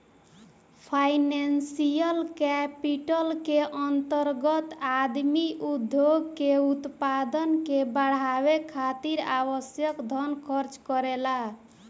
financial capital के अंतर्गत आदमी उद्योग के उत्पादन के बढ़ावे खातिर आवश्यक धन खर्च करेला